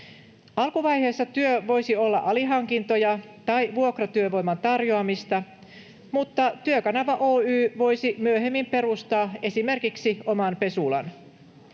Alkuvaiheessa työ voisi olla alihankintoja tai vuokratyövoiman tarjoamista, mutta Työkanava Oy voisi myöhemmin perustaa esimerkiksi oman pesulan.